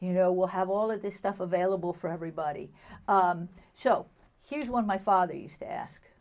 you know we'll have all of this stuff available for everybody so here's what my father used to ask